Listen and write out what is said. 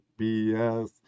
BS